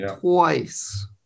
twice